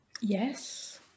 yes